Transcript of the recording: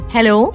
Hello